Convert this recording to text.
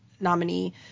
nominee